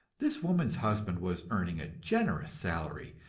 this woman's husband was earning a generous salary,